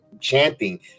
Chanting